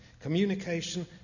Communication